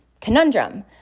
conundrum